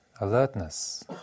alertness